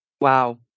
Wow